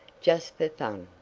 just for fun.